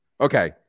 okay